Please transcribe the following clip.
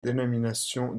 dénomination